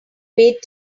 wait